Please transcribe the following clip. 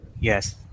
Yes